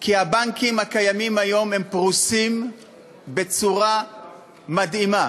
כי הבנקים הקיימים היום פרוסים בצורה מדהימה.